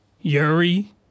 Yuri